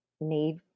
need